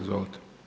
Izvolite.